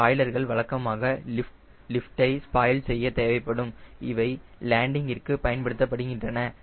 ஸ்பாய்லர்கள் வழக்கமாக லிஃப்டை ஸ்பாயில் செய்ய தேவைப்படும் இவை லேண்டிங்ற்கு பயன்படுத்தப்படுகின்றன